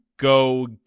Go